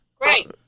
great